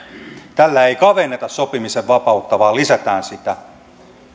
tällä ei kavenneta sopimisen vapautta vaan lisätään sitä